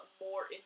more